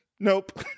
nope